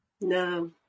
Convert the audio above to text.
No